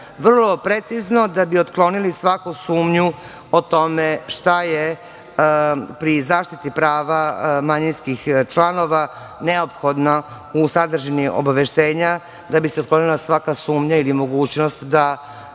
Vrlo precizno da bi otklonili svaku sumnju o tome šta je pri zaštiti prava manjinskih članova neophodno u sadržini obaveštenja da bi se otklonila svaka sumnja ili mogućnost da